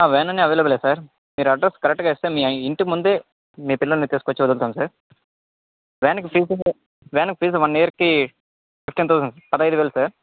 van అన్నీ అవైలబులే sir మీరు అడ్రస్ కరెక్ట్గా ఇస్తే ఇంటి ముందే మీ పిల్లల్ని తీసుకొచ్చి వదులుతాం సార్ వ్యానుకి ఫీజు వ్యానుకి ఫీజు వన్ ఇయర్కి ఫిఫ్టీన్ థౌసండ్ పదిహైదు వేలు సార్